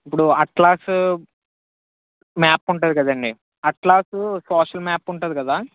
ఇప్పుడు atlas map ఉంటుంది కదండి అట్లాసు సోషల్ మ్యాప్ ఉంటుంది కదా